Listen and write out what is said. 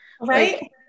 Right